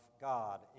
God